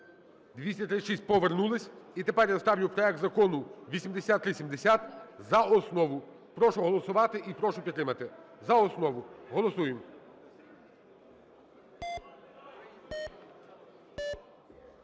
За-236 Повернулись. І тепер я ставлю проект Закону 8370 за основу. Прошу голосувати і прошу підтримати, за основу. Голосуємо.